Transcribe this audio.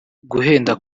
guhenda